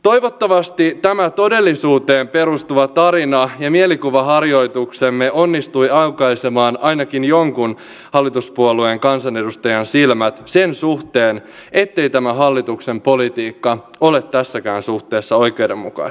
toivottavasti tämä todellisuuteen perustuva tarina ja mielikuvaharjoituksemme onnistui aukaisemaan ainakin jonkun hallituspuolueen kansanedustajan silmät sen suhteen ettei tämä hallituksen politiikka ole tässäkään suhteessa oikeudenmukaista